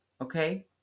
okay